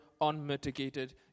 Unmitigated